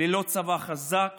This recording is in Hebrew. ללא צבא חזק